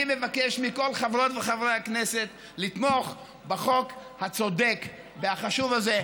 אני מבקש מכל חברות וחברי הכנסת לתמוך בחוק הצודק והחשוב הזה.